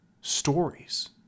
stories